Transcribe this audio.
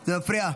זה מפריע.